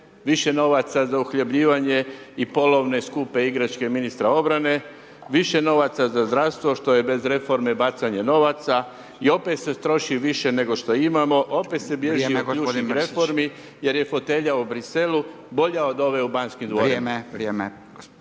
više novaca za uhljebljivanje i polovne skupe igračke ministra obrane, više novaca za zdravstvo što je bez reforme bacanje novaca i opet se troši više nego što imamo, opet se bježi od ključnih reformi … …/Upadica Radin: Vrijeme